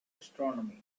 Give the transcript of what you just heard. astronomy